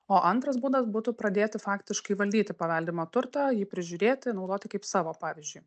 o antras būdas būtų pradėti faktiškai valdyti paveldimą turtą jį prižiūrėti naudoti kaip savo pavyzdžiui